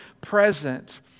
present